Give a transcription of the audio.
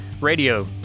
Radio